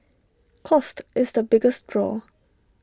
cost is the biggest draw